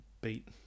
beat